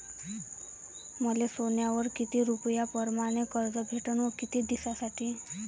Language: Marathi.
मले सोन्यावर किती रुपया परमाने कर्ज भेटन व किती दिसासाठी?